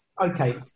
okay